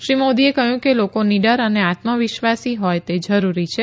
શ્રી મોદીએ કહયું કે લોકો નિડર અને આત્મવિશ્વાસી હોય તે જરૂરી છે